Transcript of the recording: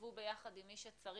שבו ביחד עם מי שצריך,